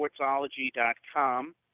sportsology.com